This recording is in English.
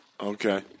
Okay